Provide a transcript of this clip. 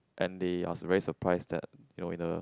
and they are su~ very surprised that you know in a